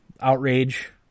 outrage